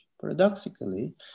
paradoxically